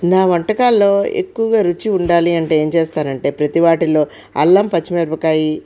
నా వంటకాల్లో ఎక్కువగా రుచి ఉండాలి అంటే ఏం చేస్తానంటే ప్రతి వాటిలో అల్లం పచ్చిమిరపకాయి